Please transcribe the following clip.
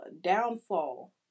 downfall